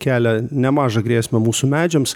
kelia nemažą grėsmę mūsų medžiams